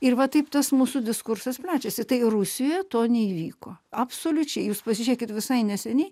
ir va taip tas mūsų diskursas plečiasi tai rusijoje to neįvyko absoliučiai jūs pasižiūrėkit visai neseniai